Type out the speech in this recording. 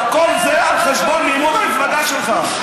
כל זה על חשבון מימון המפלגה שלך.